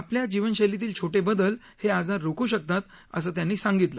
आपल्या जीवनशैलीतील छोट बदल हे आजार रोखू शकतात असं त्यांनी सांगितलं